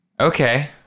Okay